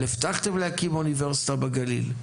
אבל הבטחתם להקים אוניברסיטה בגליל,